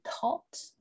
taught